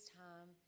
time